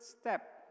step